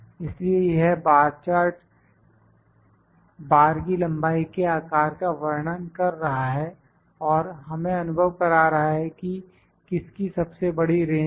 इसलिए यह bar chart bar की लंबाई के आकार का वर्णन कर रहा है और हमें अनुभव करा रहा है कि किसकी सबसे बड़ी रेंज है